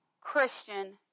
Christian